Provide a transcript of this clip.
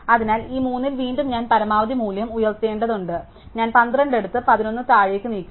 അതിനാൽ ഈ 3 ൽ വീണ്ടും ഞാൻ പരമാവധി മൂല്യം ഉയർത്തേണ്ടതുണ്ട് അതിനാൽ ഞാൻ 12 എടുത്ത് 11 താഴേക്ക് നീക്കുന്നു